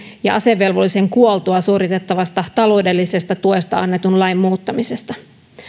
ja asevelvollisen kuoltua suoritettavasta taloudellisesta tuesta annetun lain muuttamisesta